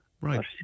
Right